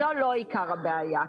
זה לא עיקר הבעיה.